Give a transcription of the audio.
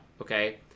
okay